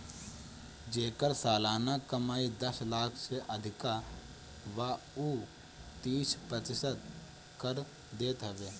जेकर सलाना कमाई दस लाख से अधिका बा उ तीस प्रतिशत कर देत हवे